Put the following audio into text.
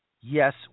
yes